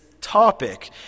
topic